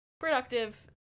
productive